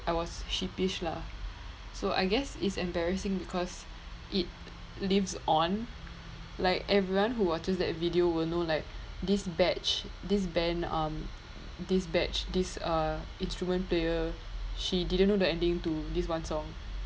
I was sheepish lah so I guess it's embarrassing because it lives on like everyone who watches that video will know like this batch this band um this batch this uh instrument player she didn't know the ending to this one song